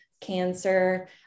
cancer